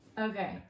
Okay